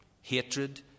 hatred